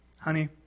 honey